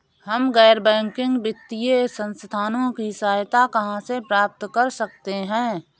हम गैर बैंकिंग वित्तीय संस्थानों की सहायता कहाँ से प्राप्त कर सकते हैं?